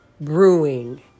brewing